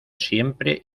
siempre